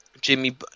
Jimmy